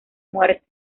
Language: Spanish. muerte